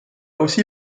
aussi